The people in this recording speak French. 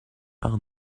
par